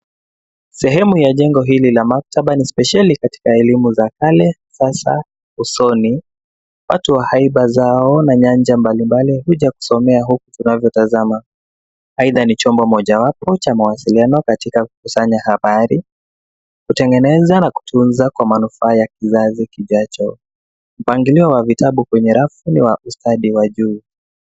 Sehemu ya jengo hili la maktaba ni spesheli katika elimu za kale, sasa, usoni. Watu wa haiba zao na nyanja mbalimbali huja kusomea huku tunavyotazama. Aidha ni chombo mojawapo cha mawasiliano katika kukusanya habari, kutengeneza na kutunza kwa manufaa ya kizazi kijacho. Mpangilio wa vitabu kwenye rafu ni wa ustadi wa juu.